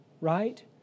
right